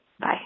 Bye